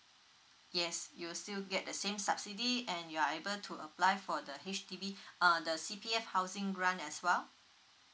yes you still get the same subsidy and you are able to apply for the H_D_B uh the C_P_F housing grant as well